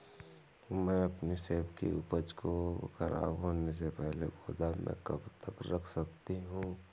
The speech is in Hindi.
मैं अपनी सेब की उपज को ख़राब होने से पहले गोदाम में कब तक रख सकती हूँ?